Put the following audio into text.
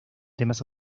temas